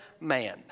man